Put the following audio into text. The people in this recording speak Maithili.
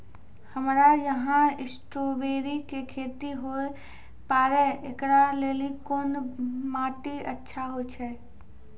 हमरा यहाँ स्ट्राबेरी के खेती हुए पारे, इकरा लेली कोन माटी अच्छा होय छै?